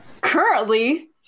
currently